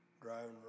driving